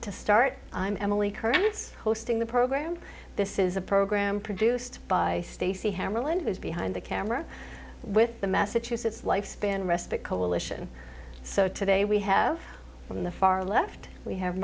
to start i'm emily kermit's hosting the program this is a program produced by stacey hamlin who's behind the camera with the massachusetts lifespan respite coalition so today we have from the far left we have